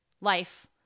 life